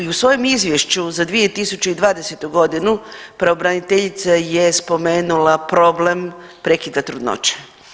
U svojem izvješću za 2020.g. pravobraniteljica je spomenula problem prekida trudnoće.